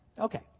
Okay